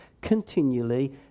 continually